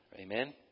Amen